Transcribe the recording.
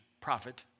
prophet